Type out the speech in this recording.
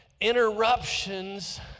Interruptions